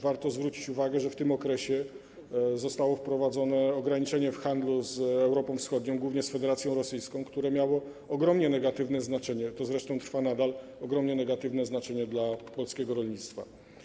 Warto zwrócić uwagę, że w tym okresie zostało wprowadzone ograniczenie w handlu z Europą Wschodnią, głównie z Federacją Rosyjską, które miało ogromnie negatywne znaczenie - to zresztą trwa nadal - dla polskiego rolnictwa.